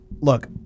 Look